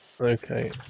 okay